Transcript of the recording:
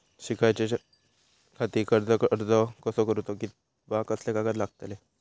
शिकाच्याखाती कर्ज अर्ज कसो करुचो कीवा कसले कागद लागतले?